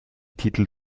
titel